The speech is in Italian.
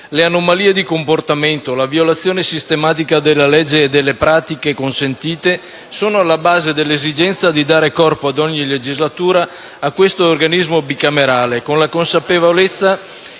Le anomalie di comportamento e la violazione sistematica della legge e delle pratiche consentite sono alla base dell'esigenza di dare corpo ad ogni legislatura a questo organismo bicamerale, con la consapevolezza